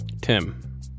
Tim